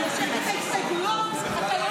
--- לא.